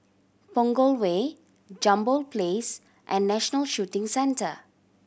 Punggol Way Jambol Place and National Shooting Centre